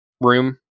room